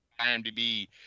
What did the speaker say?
IMDB